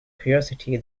curiosity